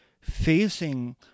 facing